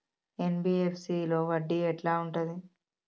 NBFC లో వడ్డీ ఎట్లా ఉంటది?